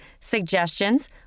suggestions